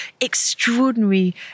extraordinary